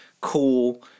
Cool